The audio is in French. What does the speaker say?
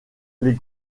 les